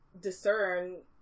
discern